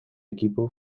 equipo